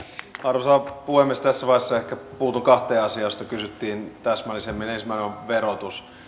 arvoisa puhemies tässä vaiheessa ehkä puutun kahteen asiaan joista kysyttiin täsmällisemmin ensimmäinen on verotus